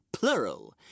Plural